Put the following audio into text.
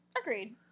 agreed